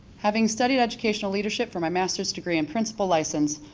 having studied educational leadership for my masters degree and principal license,